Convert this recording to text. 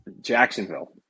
Jacksonville